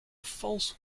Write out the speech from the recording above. false